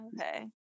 Okay